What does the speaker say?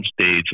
stage